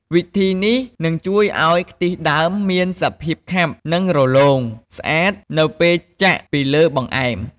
វិធីនេះនឹងជួយឱ្យខ្ទិះដើមមានសភាពខាប់ និងរលោងស្អាតនៅពេលចាក់ពីលើបង្អែម។